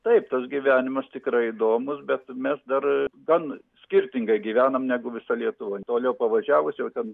taip tas gyvenimas tikrai įdomus bet mes dar gan skirtingai gyvenam negu visa lietuva toliau pavažiavus jau ten